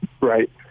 right